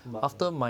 mark ah